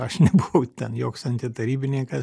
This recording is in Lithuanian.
aš nebuvau ten joks antitarybininkas